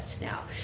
now